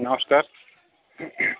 ନମସ୍କାର